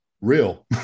real